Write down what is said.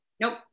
Nope